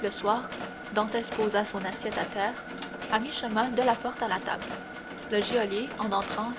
le soir dantès posa son assiette à terre à mi-chemin de la porte à la table le geôlier en entrant